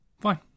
Fine